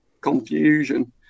confusion